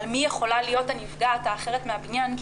על מי יכולה להיות הנפגעת האחרת מהבניין כי